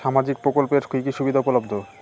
সামাজিক প্রকল্প এর কি কি সুবিধা উপলব্ধ?